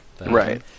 Right